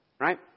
right